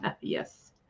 Yes